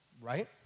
Right